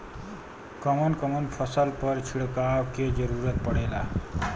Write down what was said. कवन कवन फसल पर छिड़काव के जरूरत पड़ेला?